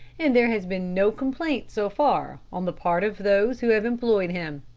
and there has been no complaint so far on the part of those who have employed him.